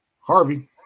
Harvey